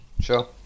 Sure